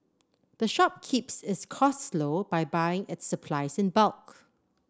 the shop keeps its costs low by buying its supplies in bulk